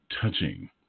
Touching